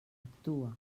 actua